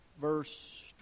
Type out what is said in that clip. verse